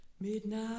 Midnight